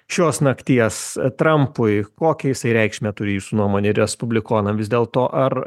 šios nakties trampui kokią jisai reikšmę turi jūsų nuomonė respublikonam vis dėl to ar